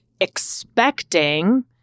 expecting